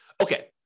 Okay